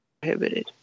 prohibited